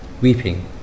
Weeping